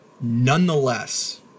nonetheless